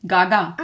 Gaga